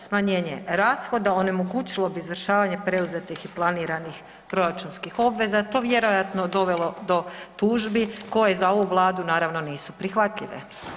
Smanjenje rashoda onemogućilo bi izvršavanje preuzetih i planiranih proračunskih obveza, to vjerojatno dovelo do tužbi koje za ovu Vladu naravno nisu prihvatljive.